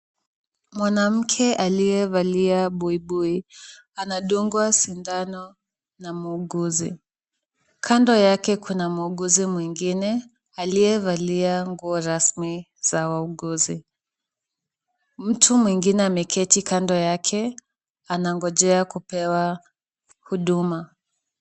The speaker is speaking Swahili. Mwanamke aliyevalia buibui anadungwa sindano na muuguzi. Kando yake kuna muuguzi mwingine aliyevalia nguo rasmi za wauguzi. Mtu mwingine ameketi kando yake, anangojea kupewa huduma.